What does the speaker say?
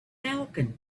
falcon